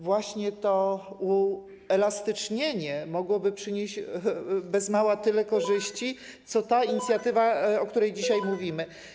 Właśnie to uelastycznienie mogłoby przynieść bez mała tyle korzyści co ta inicjatywa, o której dzisiaj mówimy.